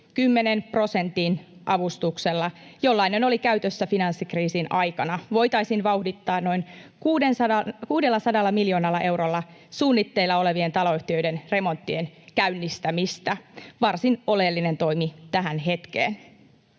prosentin avustuksella, jollainen oli käytössä finanssikriisin aikana, voitaisiin vauhdittaa suunnitteilla olevien taloyhtiöiden remonttien käynnistämistä noin 600 miljoonalla